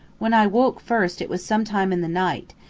when i woke first it was sometime in the night,